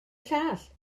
llall